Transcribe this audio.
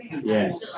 Yes